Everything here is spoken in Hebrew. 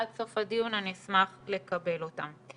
עד סוף הדיון אני אשמח ל קבל אותם.